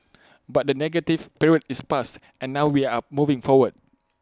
but the negative period is past and now we are moving forward